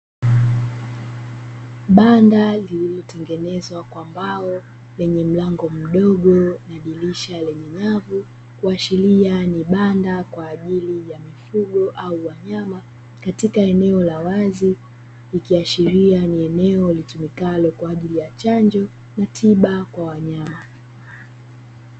Banda lililo tengenezwa kwa mbao lenye mlango mdogo na dirisha lenye nyavu kuashiria ni banda kwa ajili ya mifugo au wanyama katika eneo la wazi, ikiashiria ni eneo litumikalo kwa ajili ya chanjo na tiba kwa wanyama.